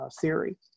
theory